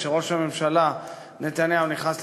כשראש הממשלה נתניהו נכנס לתפקידו,